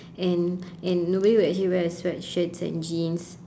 and and nobody would actually wear a sweatshirt and jeans